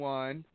one